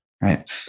Right